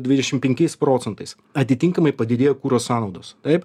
dvidešim penkiais procentais atitinkamai padidėja kuro sąnaudos taip